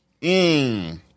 Mmm